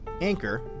Anchor